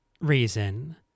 reason